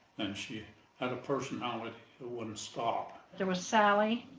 and, she had a personality that wouldn't stop. there was sally,